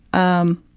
um,